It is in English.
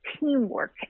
teamwork